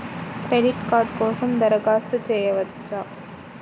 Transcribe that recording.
Credit card కోసం దరఖాస్తు చేయవచ్చా?